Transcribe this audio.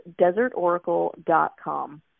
desertoracle.com